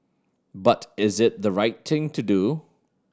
but is it the right thing to do